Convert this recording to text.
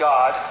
God